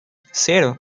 cero